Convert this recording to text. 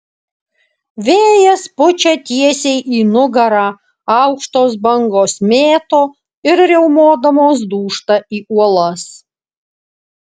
vėjas pučia tiesiai į nugarą aukštos bangos mėto ir riaumodamos dūžta į uolas